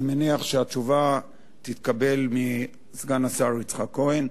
אני מניח שהתשובה תתקבל מסגן השר יצחק כהן.